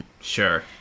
Sure